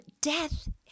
death